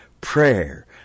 prayer